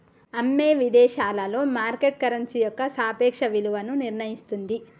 అమ్మో విదేశాలలో market currency యొక్క సాపేక్ష విలువను నిర్ణయిస్తుంది